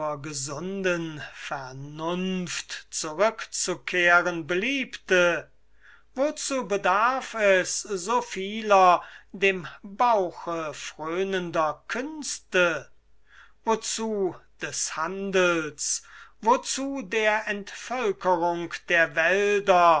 gesunden vernunft zurückzukehren beliebte wozu bedarf es so vieler dem bauche fröhnender künste wozu des handels wozu der entvölkerung der wälder